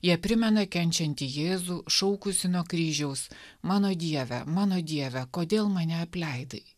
jie primena kenčiantį jėzų šaukusį nuo kryžiaus mano dieve mano dieve kodėl mane apleidai